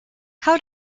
how